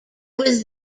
was